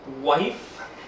wife